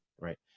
right